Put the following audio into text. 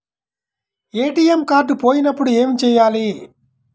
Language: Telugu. ఏ.టీ.ఎం కార్డు పోయినప్పుడు ఏమి చేయాలి?